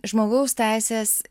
žmogaus teisės